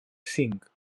cinc